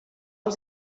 els